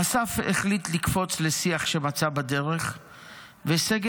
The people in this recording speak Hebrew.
אסף החליט לקפוץ לשיח שמצא בדרך ושגב